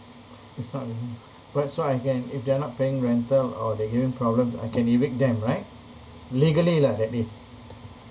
it's not within but so I can if they're not paying rental or they giving problems I can evict them right legally lah that means